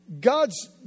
God's